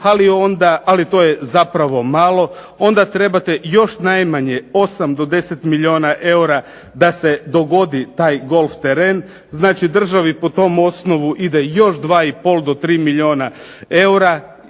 ali to je zapravo malo. Onda trebate još najmanje 8 do 10 milijuna eura da se dogodi taj golf teren. Znači, državi po tom osnovu ide još dva i pol do tri milijuna eura.